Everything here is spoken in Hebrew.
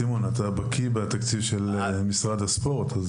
סימון, אתה בקי בתקציב משרד הספורט.